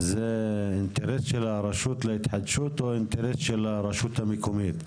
זה אינטרס של הרשות להתחדשות או אינטרס של הרשות המקומית?